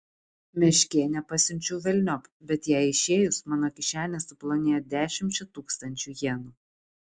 meškėnę pasiunčiau velniop bet jai išėjus mano kišenė suplonėjo dešimčia tūkstančių jenų